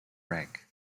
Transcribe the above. rank